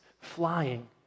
flying